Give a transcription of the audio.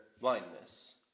blindness